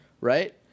right